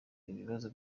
ibibazo